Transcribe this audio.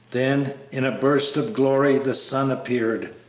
then, in a burst of glory, the sun appeared.